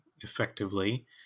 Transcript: effectively